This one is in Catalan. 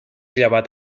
llevat